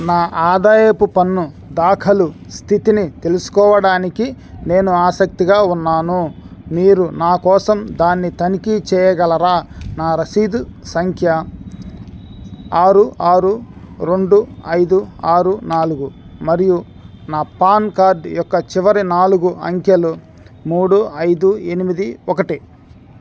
నా ఆదాయపు పన్ను దాఖలు స్థితిని తెలుసుకోవడానికి నేను ఆసక్తిగా ఉన్నాను మీరు నా కోసం దాన్ని తనిఖీ చేయగలరా నా రసీదు సంఖ్య ఆరు ఆరు రెండు ఐదు ఆరు నాలుగు మరియు నా పాన్ కార్డు యొక్క చివరి నాలుగు అంకెలు మూడు ఐదు ఎనిమిది ఒకటి